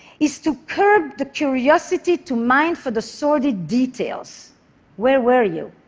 is to curb the curiosity to mine for the sordid details where were you?